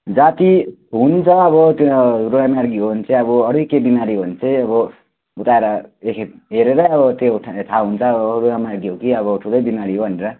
जाती हुन्छ अब त्यो रुगा मार्गी हो भने चाहिँ अब अरू नै केही बिमारी हो भने चाहिँ अब उता आएर एकखेप हेरेरै अब त्यो थाहा हुन्छ अब रुगा मार्गी हो कि अब ठुलो बिमारी हो भनेर